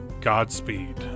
Godspeed